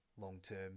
long-term